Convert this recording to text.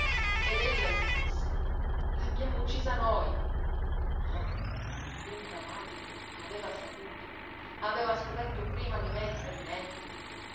ed ella gli disse l'abbiamo uccisa noi ah dunque amalia aveva saputo aveva scoperto prima di me il tradimento